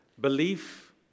Belief